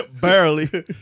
barely